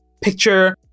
Picture